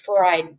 fluoride